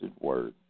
word